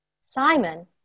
Simon